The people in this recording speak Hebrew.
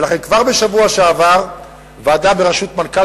ולכן כבר בשבוע שעבר ועדה בראשות מנכ"ל